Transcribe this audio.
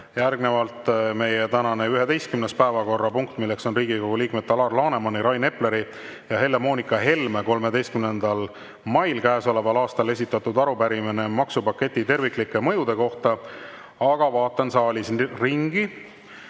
Järgnevalt meie tänane 11. päevakorrapunkt, milleks on Riigikogu liikmete Alar Lanemani, Rain Epleri ja Helle-Moonika Helme 13. mail käesoleval aastal esitatud arupärimine maksupaketi terviklike mõjude kohta. Aga vaatan saalis ringi